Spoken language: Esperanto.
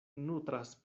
nutras